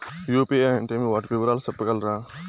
UPI అంటే ఏమి? వాటి వివరాలు సెప్పగలరా?